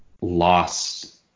lost